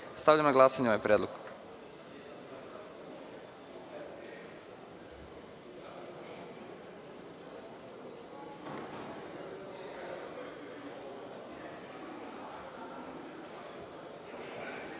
Stavljam na glasanje ovaj predlog. Molim